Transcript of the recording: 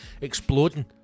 exploding